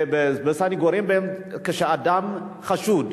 כשאדם חשוד,